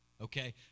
okay